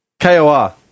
K-O-R